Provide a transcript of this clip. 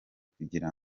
kugira